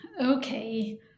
okay